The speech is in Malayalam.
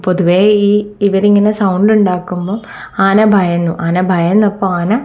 പൊതുവേ ഈ ഇവരിങ്ങനെ സൗണ്ട് ഉണ്ടാകുമ്പം ആന ഭയന്നു ആന ഭയന്നപ്പോൾ ആന